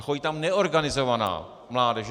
Chodí tam neorganizovaná mládež.